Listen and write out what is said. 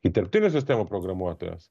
įterptinių sistemų programuotojas